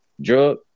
drug